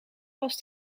pas